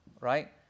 Right